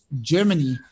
Germany